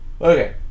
Okay